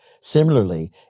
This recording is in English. Similarly